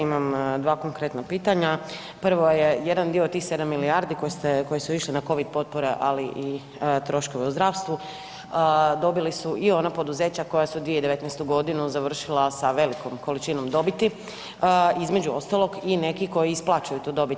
Imam dva konkretna pitanja, prvo je jedan dio od tih 7 milijardi koje su išle na covid potpore, ali i troškove u zdravstvu dobili su i ona poduzeća koja su 2019. završila sa velikom količinom dobiti, između ostalog i neki koji isplaćuju tu dobit.